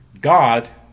God